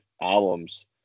albums